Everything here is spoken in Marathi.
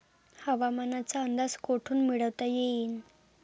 हवामानाचा अंदाज कोठून मिळवता येईन?